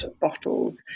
bottles